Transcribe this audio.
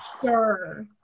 sure